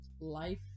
life